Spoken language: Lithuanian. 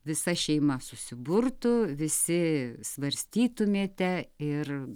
visa šeima susiburtų visi svarstytumėte ir